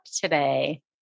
today